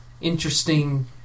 interesting